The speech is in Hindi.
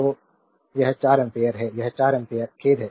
तो यह 4 एम्पीयर है यह 4 एम्पीयर खेद है